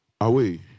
away